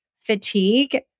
fatigue